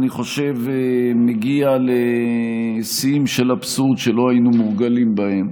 אני חושב שהוא מגיע לשיאים של אבסורד שלא היינו מורגלים בהם.